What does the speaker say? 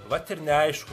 vat ir neaišku